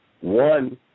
One